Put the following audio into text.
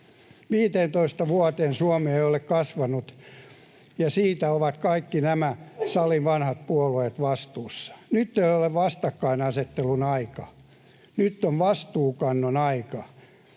15 vuoteen Suomi ei ole kasvanut, ja siitä ovat kaikki salin vanhat puolueet vastuussa. Nyt ei ole vastakkainasettelun aika. Nyt on vastuunkannon aika.